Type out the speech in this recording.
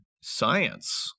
science